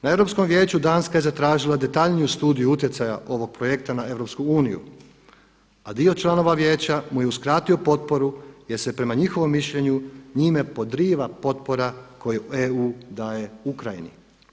Na Europskom vijeću Danska je zatražila detaljniju studiju utjecaja ovog projekta na EU, a dio članova Vijeća mu je uskratio potporu jer se prema njihovom mišljenju njime podriva potpora koju EU daje Ukrajini.